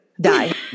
Die